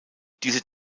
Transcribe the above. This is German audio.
diese